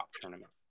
tournament